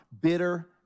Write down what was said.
Bitter